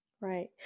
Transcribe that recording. Right